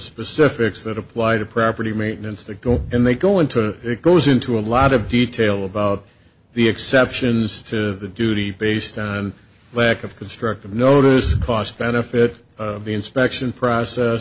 specifics that apply to property maintenance that go in they go into it goes into a lot of detail about the exceptions to the duty based on but of constructive notice cost benefit of the inspection process